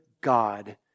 God